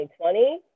2020